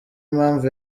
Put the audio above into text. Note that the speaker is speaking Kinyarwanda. impamvu